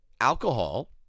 alcohol –